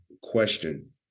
question